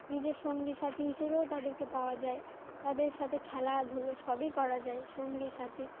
নিজের সঙ্গী সাথী হিসেবেও তাদেরকে পাওয়া যায় তাদের সাথে খেলাধুলো সবই করা যায় সঙ্গী সাথী